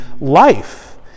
life